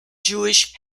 jewish